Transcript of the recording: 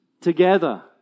together